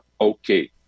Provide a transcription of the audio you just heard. okay